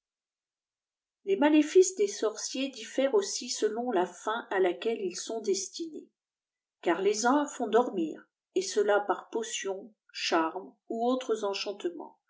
les laalefiees des swciers diffèrent aussi selon la fin à laquelle ite sont destttiéâ cajr les uns font dormir et cela pai potions eharates ôi autres eèchmrtements